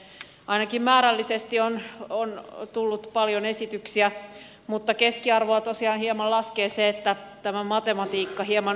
ainakin määrällisesti on tullut paljon esityksiä mutta keskiarvoa tosiaan hieman laskee se että tämä matematiikka hieman ontuu